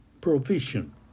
provision